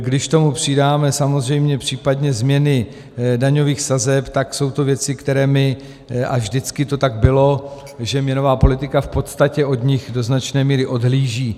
Když k tomu přidáme samozřejmě případně změny daňových sazeb, tak jsou to věci, které my, a vždycky to tak bylo, že měnová politika v podstatě od nich do značné míry odhlíží.